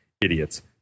idiots